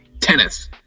Tennis